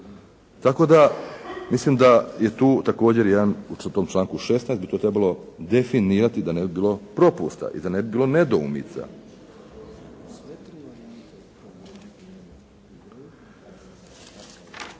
Tako da mislim da je tu također jedan u tom članku 16. bi to trebalo definirati da ne bi bilo propusta i da ne bi bilo nedoumica.